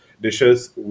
dishes